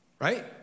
Right